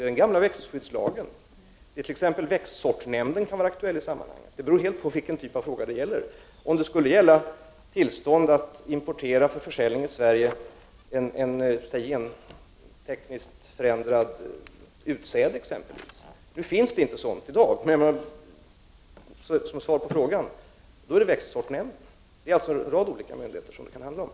När det gäller den gamla växtskyddslagen kan t.ex. växtsortnämnden bli aktuell. Om det t.ex. skulle gälla tillstånd att importera gentekniskt förändrat utsäde som skall säljas i Sverige, är det ett fall för växtsortnämnden. Det kan således handla om en rad olika myndigheter.